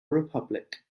republic